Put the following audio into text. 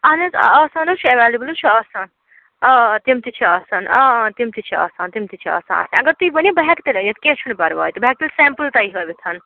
اہن حظ آ آسان حظ چھُ ایویلیبل حظ چھُ آسان آ تِم تہِ چھِ آسان تِم چھِ آسان تِم چھِ آسان اَسہِ اگر تُہۍ ؤنِو بہٕ ہٮ۪کہ تیٚلہِ أنِتھ کیٚنٛہہ چھُنہٕ پرواے تہٕ بہٕ ہٮ۪کہٕ تیٚلہٕ سٮ۪مپٕل تُہۍ ہٲوِتھ